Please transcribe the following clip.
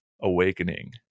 awakening